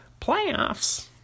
Playoffs